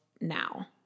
now